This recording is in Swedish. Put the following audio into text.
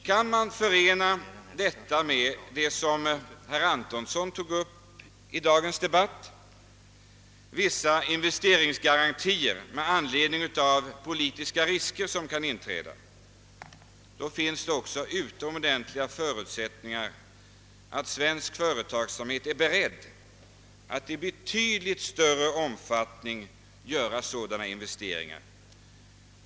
Kan man förena detta med — något som herr Antonsson tog upp i dagens debatt — vissa investeringsgarantier med anledning av de politiska risker som kan inträda, finns också utomordentliga förutsättningar för att svensk företagsamhet är beredd att i betydligt större omfattning göra sådana investeringar.